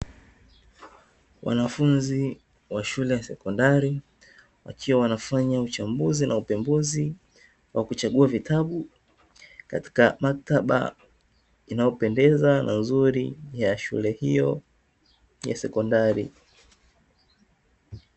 Wanafunzi wa shule ya sekondari, wakiwa wanafanya uchambuzi na upembuzi wa kuchagua vitabu katika maktaba inayopendeza na nzuri ya shule hiyo ya sekondari.